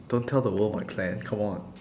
don't tell the world my plan come on